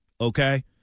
Okay